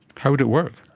how would it work?